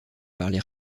parler